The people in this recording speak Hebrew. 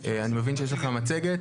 אני מבין שיש לך מצגת,